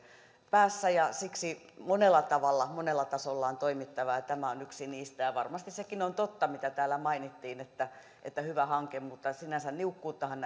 päässä siksi monella tavalla monella tasolla on toimittava ja ja tämä on yksi niistä varmasti sekin on totta mitä täällä mainittiin että että hyvä hanke mutta niukkuuttahan